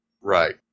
Right